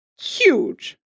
huge